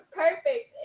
perfect